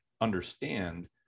understand